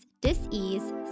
dis-ease